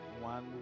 one